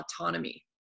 autonomy